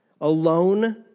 alone